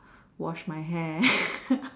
wash my hair